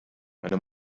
meine